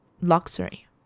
luxury